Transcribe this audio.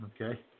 Okay